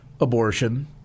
abortion